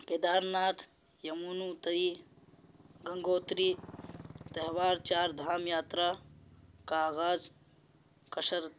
Kidara Nath Yamunotri Gangotri تہوار چار دھام یاترا کا آغاز کشر